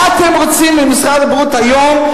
מה אתם רוצים ממשרד הבריאות היום,